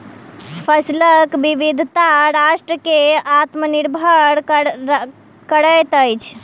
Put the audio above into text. फसिलक विविधता राष्ट्र के आत्मनिर्भर करैत अछि